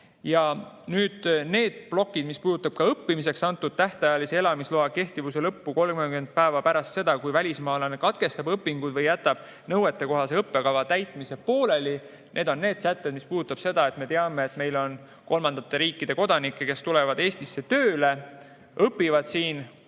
Ja nüüd need plokid, mis puudutavad õppimiseks antud tähtajalise elamisloa kehtivuse lõppemist 30 päeva pärast seda, kui välismaalane katkestab õpingud või jätab nõuetekohase õppekava täitmise pooleli. Need on need sätted, mis puudutavad seda, et meil on kolmandate riikide kodanikke, kes tulevad Eestisse tööle, õpivad siin